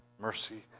mercy